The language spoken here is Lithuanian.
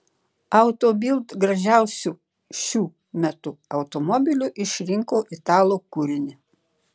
auto bild gražiausiu šių metų automobiliu išrinko italų kūrinį